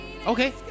Okay